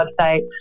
website